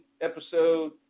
episode